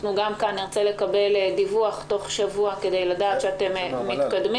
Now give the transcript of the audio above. גם כאן נרצה לקבל דיווח תוך שבוע מן המל"ל כדי לדעת שאתם מתקדמים.